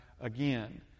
again